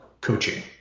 Coaching